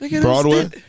Broadway